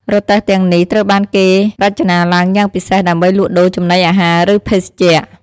រទេះទាំងនេះត្រូវបានគេរចនាឡើងយ៉ាងពិសេសដើម្បីលក់ដូរចំណីអាហារឬភេសជ្ជៈ។